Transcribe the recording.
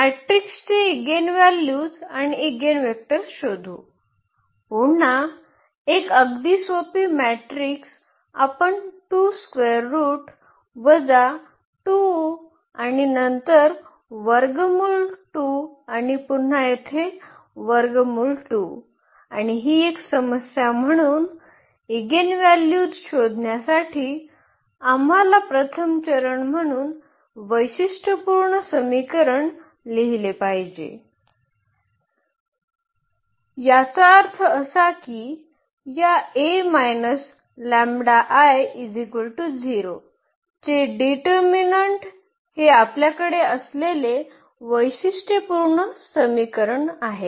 मॅट्रिक्सचे इगेनव्हॅल्यूज आणि इगेनवेक्टर्स शोधू पुन्हा एक अगदी सोपी मॅट्रिक्स आपण 2 स्क्वेअर रूट वजा 2 आणि नंतर वर्गमूल 2 आणि पुन्हा येथे वर्गमूल 2 आणि ही एक समस्या म्हणून इगेनव्हल्यूज शोधण्यासाठी आम्हाला प्रथम चरण म्हणून वैशिष्ट्यपूर्ण समीकरण लिहिले पाहिजे याचा अर्थ असा की या चे डिटर्मिनन्ट हे आपल्याकडे असलेले वैशिष्ट्यपूर्ण समीकरण आहे